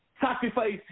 sacrifice